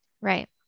Right